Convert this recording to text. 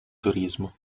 turismo